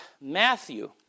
Matthew